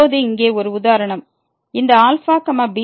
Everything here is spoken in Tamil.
இப்போது இங்கே ஒரு உதாரணம் இந்த αβ∈R